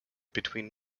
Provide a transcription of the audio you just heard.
between